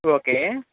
okay